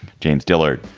james dillard.